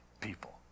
people